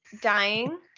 dying